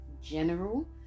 general